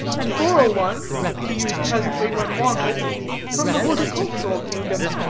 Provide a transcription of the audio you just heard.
and borrow one to use presently, when wanted from the horticultural kingdom.